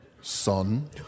Son